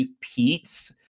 Pete's